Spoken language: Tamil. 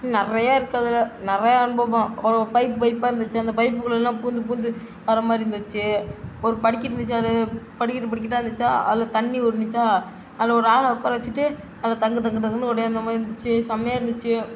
நிறையா இருக்குது அதில் நிறையா அனுபவம் ஒரு பைப் பைப்பாக இருந்துச்சு அந்த பைப்புகுள்ளலாம் பூந்து பூந்து வரமாதிரி இருந்துச்சு ஒரு படிக்கட்டு இருந்துச்சு அதில் படிக்கட்டு படிக்கட்டாக இருந்துச்சா அதில் தண்ணி ஓடுனுச்சா அதில் ஒரு ஆளை உட்கார வச்சுட்டு அதில் தங்கு தங்கு தங்குன்னு ஓடியாந்த மாதிரி இருந்துச்சு செம்மையா இருந்துச்சு